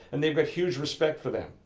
and they have a huge respect for them.